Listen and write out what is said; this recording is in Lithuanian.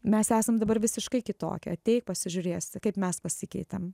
mes esam dabar visiškai kitokie ateik pasižiūrėsi kaip mes pasikeitėm